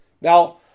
Now